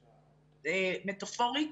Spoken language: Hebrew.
מטפורית,